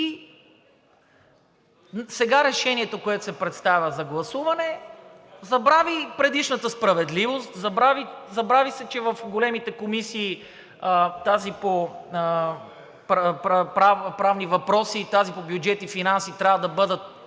сега решението, което се представя за гласуване, забрави предишната справедливост, забрави се, че в големите комисии, тази по Правни въпроси и тази по Бюджет и финанси, трябва да бъдат